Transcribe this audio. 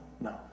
No